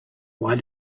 why